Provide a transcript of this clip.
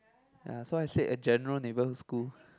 ya so I said a general neighbourhood school